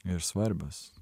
ir svarbios